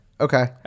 Okay